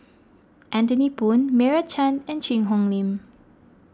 Anthony Poon Meira Chand and Cheang Hong Lim